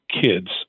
kids